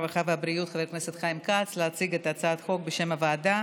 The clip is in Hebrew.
הרווחה והבריאות חבר הכנסת חיים כץ להציג את הצעת החוק בשם הוועדה.